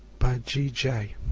g j.